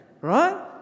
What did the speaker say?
right